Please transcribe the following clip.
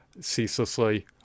ceaselessly